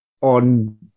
on